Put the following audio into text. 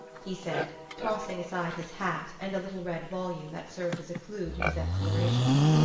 he said, tossing aside his hat and the little red volume that served as a clue to his explorations.